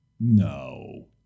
No